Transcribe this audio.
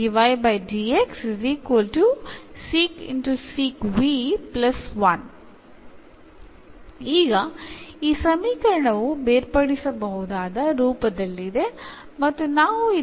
ഇപ്പോൾ ഈ സമവാക്യം സെപറബിൾ ഫോമിൽ ആണ് നമുക്ക് ഇത് എളുപ്പത്തിൽ ഇൻറെഗ്രേറ്റ് ചെയ്യാൻ കഴിയും